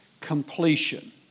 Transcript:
completion